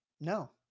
No